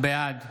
בעד